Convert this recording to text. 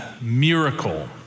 miracle